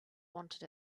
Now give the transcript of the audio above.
wanted